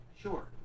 Sure